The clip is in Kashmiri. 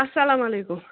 اَسَلامُ علیکُم